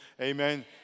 Amen